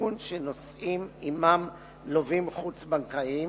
הסיכון שנושאים עמם לווים חוץ-בנקאיים,